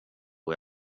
och